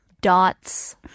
dots